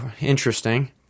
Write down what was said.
Interesting